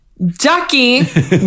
Ducky